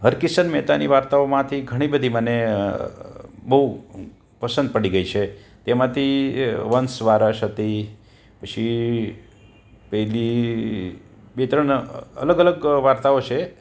હરિકિશન મહેતાની વાર્તાઓમાંથી ઘણી બધી મને બહુ પસંદ પડી ગઈ છે તેમાંથી વંશ વારાષતી પછી પેલી બે ત્રણ અલગ અલગ વાર્તાઓ છે